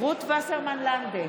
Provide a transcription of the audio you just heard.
רות וסרמן לנדה,